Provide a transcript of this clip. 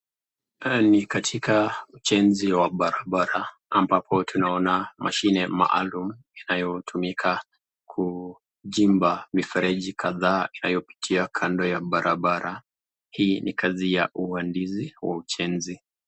Hapa ni katika ujenzi wa barabara ambapo tunaona mashine maalum inayotumika kuchimba mifereji kadhaa inayopitia kando ya barabara. Hii ni kazi ya uhandisi wa ujenzi.